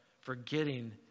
forgetting